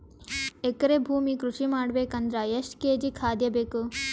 ಎಕರೆ ಭೂಮಿ ಕೃಷಿ ಮಾಡಬೇಕು ಅಂದ್ರ ಎಷ್ಟ ಕೇಜಿ ಖಾದ್ಯ ಬೇಕು?